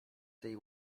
tej